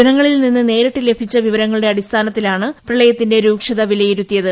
ജനങ്ങളിൽ നിന്ന് നേരിട്ട് ലഭിച്ച വിവരങ്ങളുടെ അടിസ്ഥാനത്തിലാണ് പ്രളയത്തിന്റെ രൂക്ഷത വിലയിരുത്തിയത്